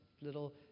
little